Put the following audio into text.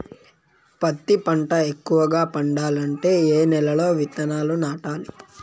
పత్తి పంట ఎక్కువగా పండాలంటే ఏ నెల లో విత్తనాలు నాటాలి?